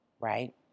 right